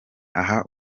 aha